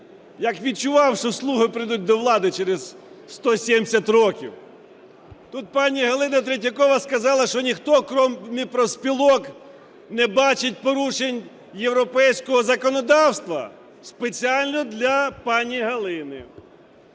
Як відчував, що "слуги" прийдуть до влади через 170 років. Тут пані Галина Третьякова сказала, що ніхто крім профспілок не бачить порушень європейського законодавства. Спеціально для пані Галини,